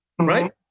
right